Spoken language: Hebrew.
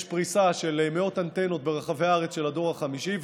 יש פריסה של מאות אנטנות של הדור החמישי ברחבי הארץ,